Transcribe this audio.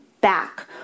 back